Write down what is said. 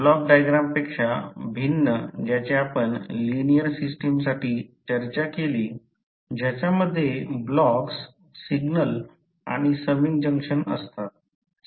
block diagram पेक्षा भिन्न ज्याचे आपण लिनिअर सिस्टमसाठी चर्चा केली ज्याच्या मध्ये ब्लॉक्स सिग्नल आणि समिंग जंक्शन असतात